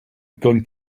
going